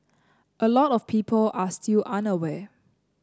a lot of people are still unaware